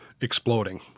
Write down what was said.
exploding